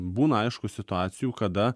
būna aišku situacijų kada